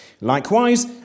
likewise